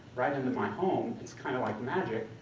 right into my home, it's kind of like magic.